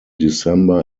december